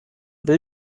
will